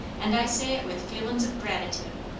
and i say it with feelin's of gratitude.